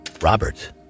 Robert